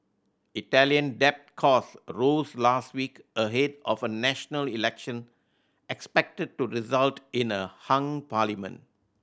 Italian debt cost rose last week ahead of a national election expected to result in a hung parliament